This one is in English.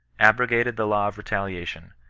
abrogated the law of re taliation,